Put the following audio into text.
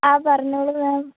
ആ പറഞ്ഞോളു മാം